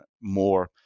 more